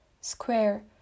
square